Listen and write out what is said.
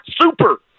super